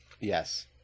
Yes